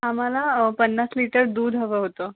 आम्हाला पन्नास लिटर दूध हवं होतं